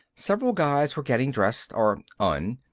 several guys were getting dressed or un,